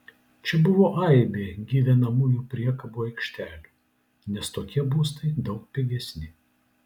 čia buvo aibė gyvenamųjų priekabų aikštelių nes tokie būstai daug pigesni